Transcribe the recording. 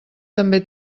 també